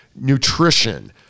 nutrition